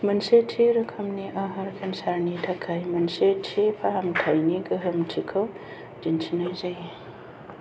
मोनसे थि रोखोमनि आहार केन्सार नि थाखाय मोनसे थि फाहामथाइनि गोहोमथिखौ दिन्थिनाय जायो